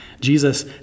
Jesus